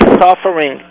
suffering